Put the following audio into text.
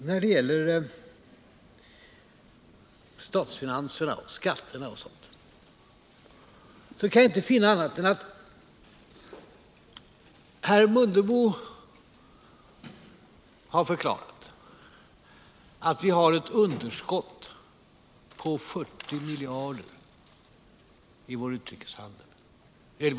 När det gäller statsfinanserna och skatterna har herr Mundebo förklarat att vi har ett underskott på 40 miljarder i vår statsbudget.